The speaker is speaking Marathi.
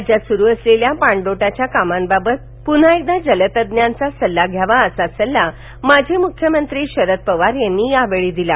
राज्यात सुरू असलेल्या पाणलोटाच्या कामाबाबत पुन्हा एकदा जलतज्ज्ञांचा सल्ला घ्यावा असा सल्ला माजी मुख्यमंत्री शरद पवार यांनी यावेळी दिला